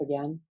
again